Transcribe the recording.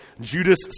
Judas